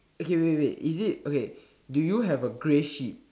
okay wait wait wait is it okay do you have a grey sheep